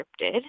scripted